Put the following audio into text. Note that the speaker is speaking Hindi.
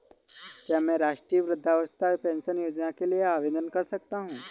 क्या मैं राष्ट्रीय वृद्धावस्था पेंशन योजना के लिए आवेदन कर सकता हूँ?